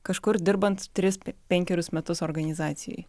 kažkur dirbant tris penkerius metus organizacijoj